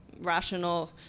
rational